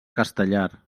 castellar